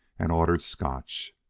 and ordered scotch.